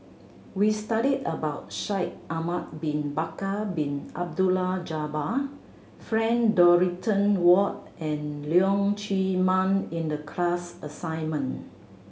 we studied about Shaikh Ahmad Bin Bakar Bin Abdullah Jabbar Frank Dorrington Ward and Leong Chee Mun in the class assignment